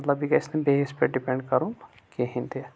مطلب یہِ گژھِ نہٕ بییِس پیٹھ ڈِپینڈ کرُن کہِنۍ تہِ